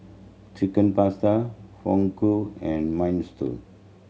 Chicken Pasta Fugu and Minestrone